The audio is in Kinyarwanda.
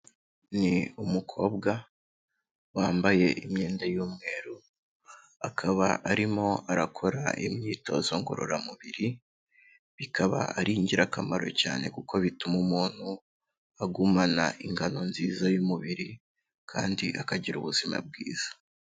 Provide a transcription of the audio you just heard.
Ni umukobwa wambaye imyenda y'umweru, akaba arimo arakora imyitozo ngororamubiri. Bikaba ari ingirakamaro cyane kuko bituma umuntu agumana ingano nziza y'umubiri, kandi akagira ubuzima bwiza.